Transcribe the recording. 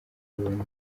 buboneye